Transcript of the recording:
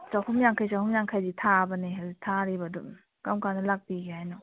ꯆꯍꯨꯝ ꯌꯥꯡꯈꯩ ꯆꯍꯨꯝ ꯌꯥꯡꯈꯩꯗꯤ ꯊꯥꯕꯅꯦ ꯍꯧꯖꯤꯛ ꯊꯥꯔꯤꯕꯗꯣ ꯀꯔꯝ ꯀꯥꯟꯗ ꯂꯥꯛꯄꯤꯒꯦ ꯍꯥꯏꯅꯣ